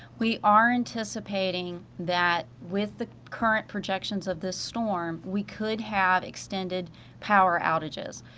we are anticipating that with the current projections of this storm we could have extended power outages.